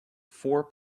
four